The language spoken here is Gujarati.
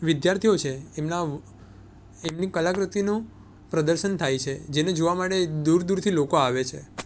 વિદ્યાર્થીઓ છે એમના એમની કલાકૃતિનું પ્રદર્શન થાય છે જેને જોવા માટે દૂર દૂરથી લોકો આવે છે